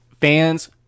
fans